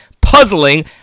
puzzling